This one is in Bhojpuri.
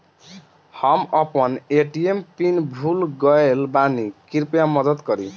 हम अपन ए.टी.एम पिन भूल गएल बानी, कृपया मदद करीं